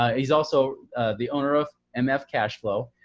ah he's also the owner of and mf cashflow.